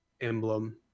Emblem